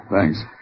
Thanks